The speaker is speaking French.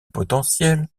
potentiel